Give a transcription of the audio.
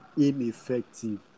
ineffective